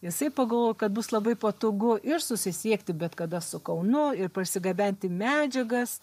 jisai pagalvojo kad bus labai patogu ir susisiekti bet kada su kaunu ir parsigabenti medžiagas